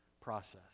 process